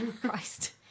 Christ